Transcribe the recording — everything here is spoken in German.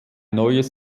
neues